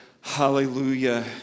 hallelujah